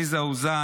עליזה אוזן,